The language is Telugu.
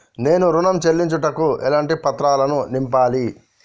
నేను ఋణం చెల్లించుటకు ఎలాంటి పత్రాలను నింపాలి?